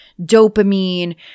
dopamine